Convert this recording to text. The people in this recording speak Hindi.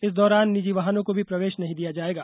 इस दौरान निजी वाहनों को भी प्रवेश नहीं दिया जाएगा